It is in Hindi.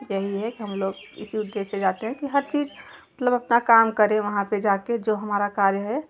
यही एक हम लोग इस उद्देश्य से जाते हैं कि हर चीज़ मतलब अपना काम करें वहाँ पर जा कर जो हमारा कार्य है